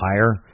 higher